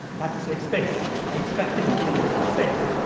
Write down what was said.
that's a safe space. i expect it to be a safe space.